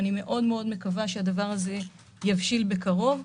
אני מקווה מאוד שהדבר הזה יבשיל בקרוב.